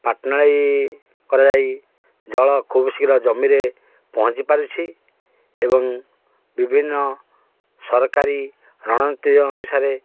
ପାଟନାଳୀ କରାଯାଇ ଜଳ ଖୁବ୍ ଶୀଘ୍ର ଜମିରେ ପହଞ୍ଚି ପାରୁଛି ଏବଂ ବିଭିନ୍ନ ସରକାରୀ ରଣନୀତି ଅନୁସାରେ